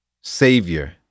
Savior